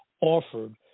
offered